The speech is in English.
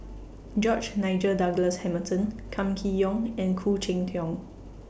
George Nigel Douglas Hamilton Kam Kee Yong and Khoo Cheng Tiong